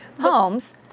homes